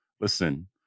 Listen